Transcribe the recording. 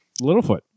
Littlefoot